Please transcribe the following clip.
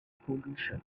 pollution